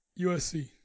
USC